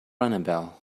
annabelle